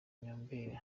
nyombeli